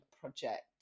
Project